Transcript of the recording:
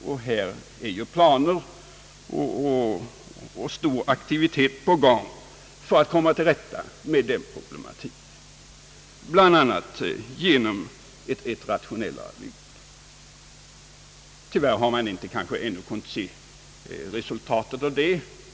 Här pågår ju också en planering och i övrigt en stor aktivitet för att komma till rätta med den problematiken, bl.a. genom ett rationellare byggande. Tyvärr har man kanske ännu inte hunnit se resultatet av detta.